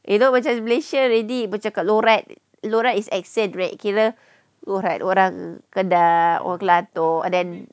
you know macam malaysia really bercakap loghat loghat is accent right kira loghat orang kedah orang kelantan and then